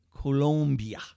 Colombia